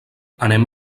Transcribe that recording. anem